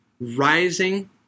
rising